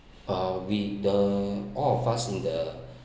uh we the all of us in the